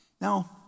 Now